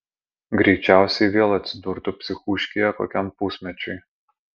greičiausiai vėl atsidurtų psichūškėje kokiam pusmečiui